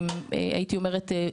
הייתי אומרת,